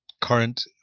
current